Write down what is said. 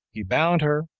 he bound her,